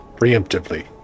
preemptively